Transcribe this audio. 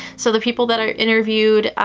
so, the people that are interviewed,